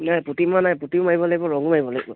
নাই পুটিন মৰা নাই পুটিন মাৰিব লাগিব ৰঙো মাৰিব লাগিব